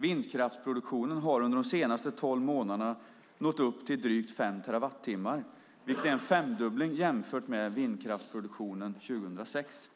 Vindkraftsproduktionen har under de senaste tolv månaderna nått upp till drygt fem terawattimmar, vilket är en femdubbling jämfört med vindkraftsproduktionen 2006.